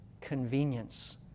convenience